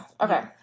okay